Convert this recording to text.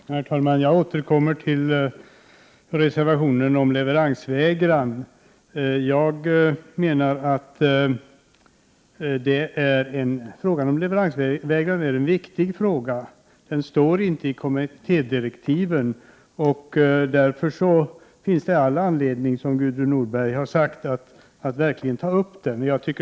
Herr talman! Jag återkommer till reservationen om leveransvägran. Jag menar att frågan om leveransvägran är en viktig fråga. Den behandlas inte i kommittédirektiven. Därför finns det all anledning, som Gudrun Norberg har sagt, att verkligen ta upp den.